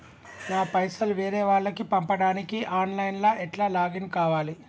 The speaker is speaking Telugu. నా పైసల్ వేరే వాళ్లకి పంపడానికి ఆన్ లైన్ లా ఎట్ల లాగిన్ కావాలి?